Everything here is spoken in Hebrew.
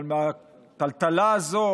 אבל מהטלטלה הזאת